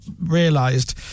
realised